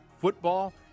football